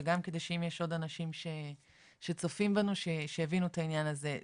וגם כדי שאם יש עוד אנשים שצופים בנו שיבינו את העניין הזה.